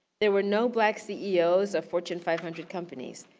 there were no black ceos of fortune five hundred companies.